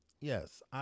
Yes